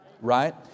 right